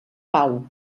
pau